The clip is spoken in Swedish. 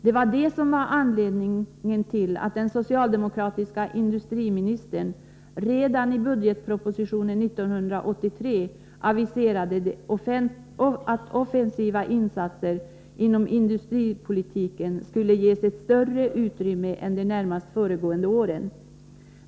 Det var detta som var anledningen till att den socialdemokratiska industriministern redan i budgetpropositionen 1983 aviserade att de offensivainsatserna inom industripolitiken skulle ges ett större utrymme än vad som varit fallet under de närmast föregående åren.